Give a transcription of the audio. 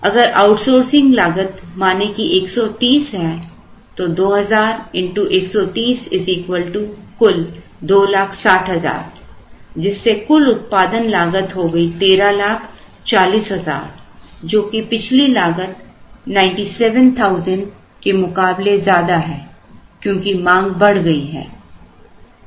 अगर आउटसोर्सिंग लागत माने की 130 है तो 2000 130 कुल 260000 जिससे कुल उत्पादन लागत हो गई 1340000 जो कि पिछली लागत 97000 के मुकाबले ज्यादा है क्योंकि मांग बढ़ गई है